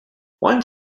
one